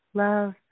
love